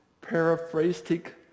paraphrastic